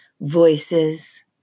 voices